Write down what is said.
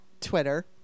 Twitter